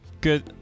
good –